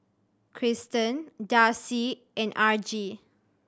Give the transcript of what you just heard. Christen Darcie and Argie